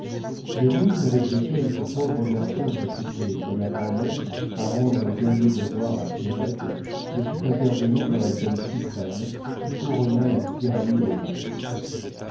l'héroïsme avec lequel ce pauvre garçon s'occupait comme la grand'mère à rendre les derniers devoirs à pierrette le fit intervenir dans la scène suprême qui couronna la tyrannie des